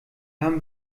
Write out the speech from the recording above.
haben